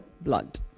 blood